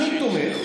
אני תומך.